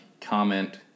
comment